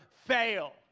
fail